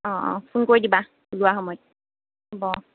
অঁ অঁ ফোন কৰি দিবা যোৱাৰ সময়ত হ'ব অঁ